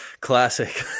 classic